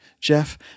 jeff